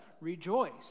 Rejoice